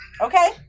Okay